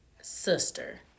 Sister